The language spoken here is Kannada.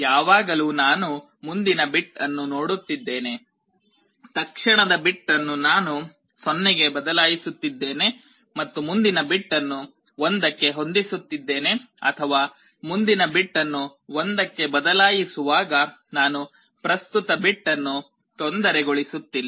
ಯಾವಾಗಲೂ ನಾನು ಮುಂದಿನ ಬಿಟ್ ಅನ್ನು ನೋಡುತ್ತಿದ್ದೇನೆ ತಕ್ಷಣದ ಬಿಟ್ ಅನ್ನು ನಾನು ಅದನ್ನು 0 ಗೆ ಬದಲಾಯಿಸುತ್ತಿದ್ದೇನೆ ಮತ್ತು ಮುಂದಿನ ಬಿಟ್ ಅನ್ನು 1 ಕ್ಕೆ ಹೊಂದಿಸುತ್ತಿದ್ದೇನೆ ಅಥವಾ ಮುಂದಿನ ಬಿಟ್ ಅನ್ನು 1 ಕ್ಕೆ ಬದಲಾಯಿಸುವಾಗ ನಾನು ಪ್ರಸ್ತುತ ಬಿಟ್ ಅನ್ನು ತೊಂದರೆಗೊಳಿಸುತ್ತಿಲ್ಲ